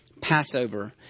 Passover